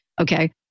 Okay